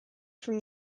from